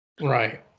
Right